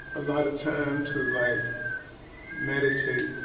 a lot of time to like meditate,